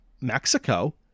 Mexico